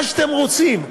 מה שאתם רוצים.